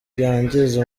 yangiza